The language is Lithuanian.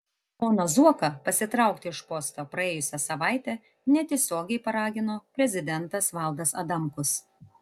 poną zuoką pasitraukti iš posto praėjusią savaitę netiesiogiai paragino prezidentas valdas adamkus